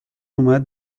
اومد